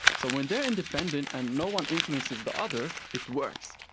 so when they are independent and no one influences the other, it works.